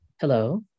hello